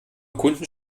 kunden